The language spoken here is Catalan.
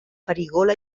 farigola